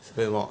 为什么